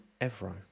Evro